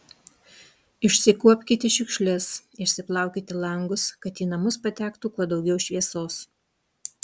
išsikuopkite šiukšles išsiplaukite langus kad į namus patektų kuo daugiau šviesos